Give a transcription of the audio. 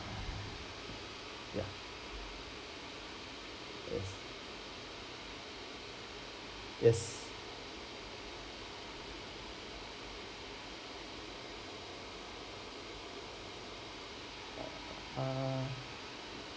yes